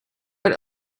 but